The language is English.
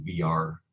vr